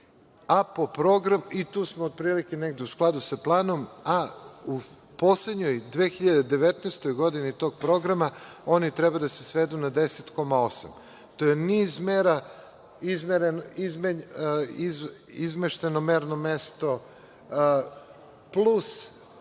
APO program i tu smo otprilike negde u skladu sa planom. U poslednjoj 2019. godini tog programa oni treba da se svedu na 10,8. To je niz mera, izmešteno merno mesto, plus